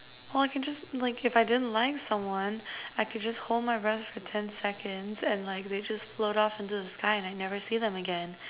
or I can just like if I didn't like someone I could just hold my breath for ten seconds and like they just float off into the sky and I never see them again